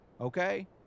Okay